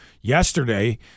yesterday